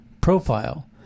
profile